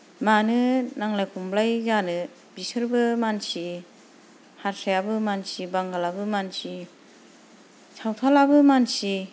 मानो नांलाय खमलाय जानो बिसोरबो मानसि हारसायाबो मानसि बांगालाबो मानसि सावथालाबो मानसि